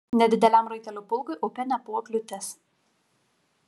nedideliam raitelių pulkui upė nebuvo kliūtis